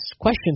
questions